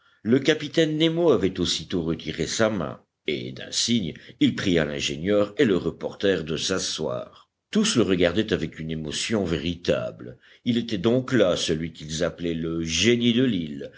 le capitaine nemo avait aussitôt retiré sa main et d'un signe il pria l'ingénieur et le reporter de s'asseoir tous le regardaient avec une émotion véritable il était donc là celui qu'ils appelaient le génie de l'île